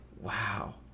wow